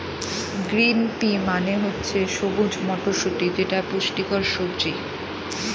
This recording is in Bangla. গ্রিন পি মানে হচ্ছে সবুজ মটরশুটি যেটা পুষ্টিকর সবজি